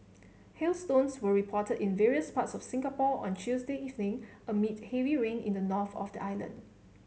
hailstones were reported in various parts of Singapore on Tuesday evening amid heavy rain in the north of the island